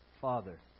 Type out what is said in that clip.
Father